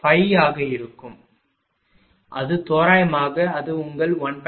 05 ஆக இருக்கும் அது தோராயமாக அது உங்கள் 1